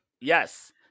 Yes